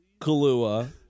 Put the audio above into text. Kahlua